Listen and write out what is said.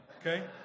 okay